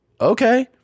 okay